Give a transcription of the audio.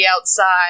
outside